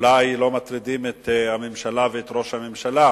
אולי לא מטרידים את הממשלה ואת ראש הממשלה,